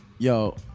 Yo